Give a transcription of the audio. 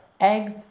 eggs